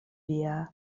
via